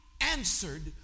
answered